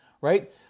right